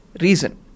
Reason